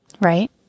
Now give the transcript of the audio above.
right